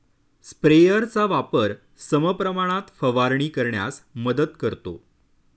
स्प्रेयरचा वापर समप्रमाणात फवारणी करण्यास मदत करतो